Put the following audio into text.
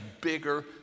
bigger